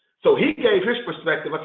so he gave his perspective. i